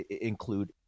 include